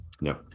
no